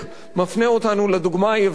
מפנה אותנו לדוגמה היוונית,